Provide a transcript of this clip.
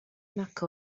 nac